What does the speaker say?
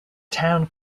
town